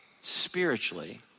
spiritually